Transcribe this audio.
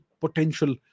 potential